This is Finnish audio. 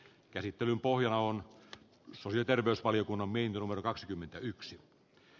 käsittelyn pohjana on sony terveysvaliokunnan minlover kaksikymmentäyksi